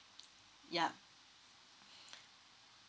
yeah